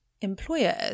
employers